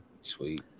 Sweet